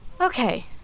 Okay